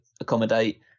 accommodate